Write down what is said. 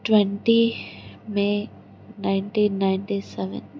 twenty may nineteen ninety seven